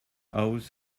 house